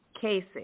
Casey